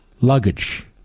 luggage